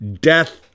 death